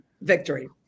victory